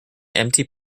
empty